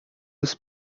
dos